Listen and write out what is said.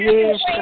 Yes